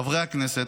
חברי הכנסת,